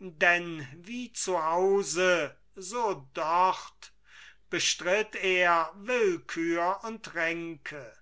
denn wie zu hause so dort bestritt er willkür und ränke